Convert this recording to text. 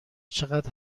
چقدر